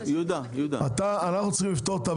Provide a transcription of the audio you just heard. אנחנו צריכים לפתור את הבעיה.